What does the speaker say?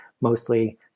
mostly